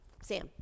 Sam